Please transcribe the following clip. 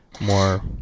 more